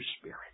Spirit